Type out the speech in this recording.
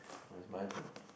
now is my turn